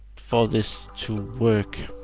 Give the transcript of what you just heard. for this to work.